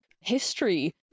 history